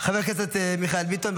חבר הכנסת מיכאל ביטון,